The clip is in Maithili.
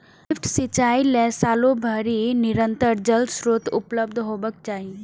लिफ्ट सिंचाइ लेल सालो भरि निरंतर जल स्रोत उपलब्ध हेबाक चाही